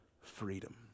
freedom